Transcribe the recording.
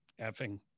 effing